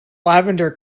lavender